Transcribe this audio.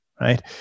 right